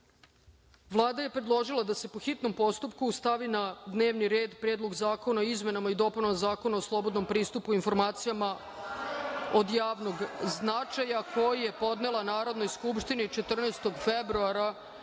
je predložila da se po hitnom postupku stavi na dnevni red Predlog zakona o izmenama i dopunama Zakona o slobodnom pristupu informacijama od javnog značaja, koji je podnela Narodnoj skupštini 14. februara